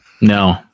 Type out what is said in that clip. No